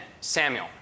Samuel